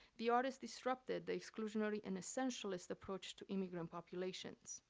the artist disrupted the exclusionary and essentialist approach to immigrant populations.